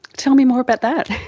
tell me more about that.